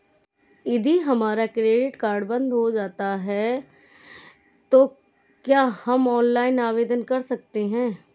यदि हमारा credit card बंद हो जाता है तो क्या हम ऑनलाइन आवेदन कर सकते हैं?